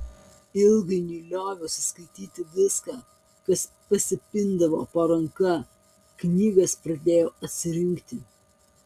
ilgainiui lioviausi skaityti viską kas pasipindavo po ranka knygas pradėjau atsirinkti